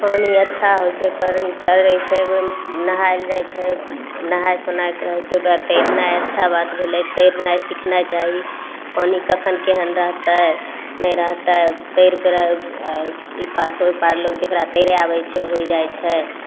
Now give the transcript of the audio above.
पानि अच्छा होइ छै पवित्र होइ छै ओइमे नहायल जाइ छै नहाय सोनाय के रहय छै बतेनाइ अच्छा बात भेलय तैरनाइ सीखनाइ चाही पानि कखन केहन रहतय नहि रहतय तैर कऽ ई पारसँ ओइ पार लोक जकरा तैरय आबय छै होइ जाइ छै